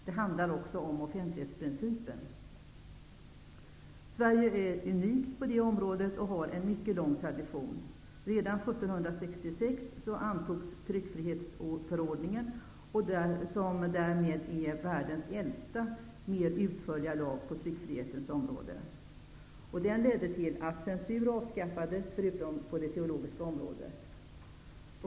Det handlar också om offentlighetsprincipen. Sverige är unikt på det här området och har en mycket lång tradition. Redan 1766 antogs tryckfrihetsförordningen, som därmed är världens äldsta mer utförliga lag på tryckfrihetens område. Den ledde till att censur avskaffades förutom på det teologiska området.